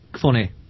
funny